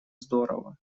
здорово